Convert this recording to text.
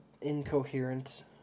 incoherent